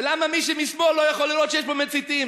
ולמה מי שמשמאל לא יכול לראות שיש פה מציתים?